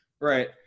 Right